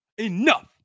Enough